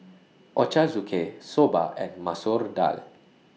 Ochazuke Soba and Masoor Dal